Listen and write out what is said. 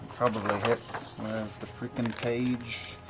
probably hits, where's the freaking page?